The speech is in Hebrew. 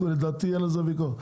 לדעתי אין על זה ויכוח,